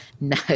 no